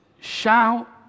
shout